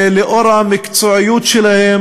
לאור המקצועיות שלהם,